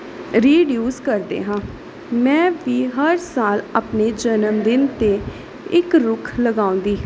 reduce ਕਰਦੇ ਹਾਂ ਮੈਂ ਵੀ ਹਰ ਸਾਲ ਆਪਣੇ ਜਨਮਦਿਨ 'ਤੇ ਇੱਕ ਰੁੱਖ ਲਗਾਉਂਦੀ